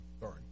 Sorry